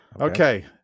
Okay